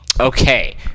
Okay